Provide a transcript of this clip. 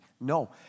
no